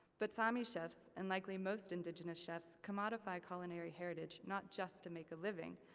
but sami chefs, and likely most indigenous chefs, commodify culinary heritage not just to make a living.